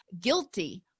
guilty